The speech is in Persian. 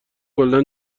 کلا